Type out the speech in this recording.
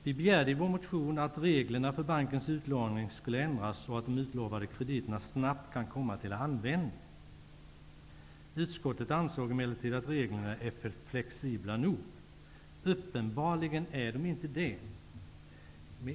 Vi begärde i vår motion att reglerna för bankens utlåning skulle ändras så att de utlovade krediterna snabbt kan komma till användning. Utskottet ansåg emellertid att reglerna är flexibla nog. Uppenbarligen är de inte det.